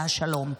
של השלום.